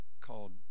called